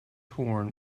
horn